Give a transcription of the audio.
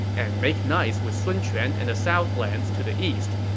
and make nice with sun quan and the southlands to the east.